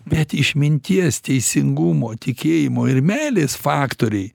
bet išminties teisingumo tikėjimo ir meilės faktoriai